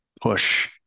push